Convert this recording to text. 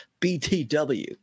btw